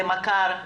למכר,